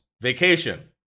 Vacation